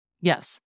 Yes